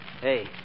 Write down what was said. Hey